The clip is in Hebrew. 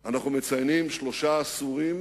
אנחנו מציינים שלושה עשורים